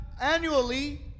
annually